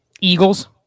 Eagles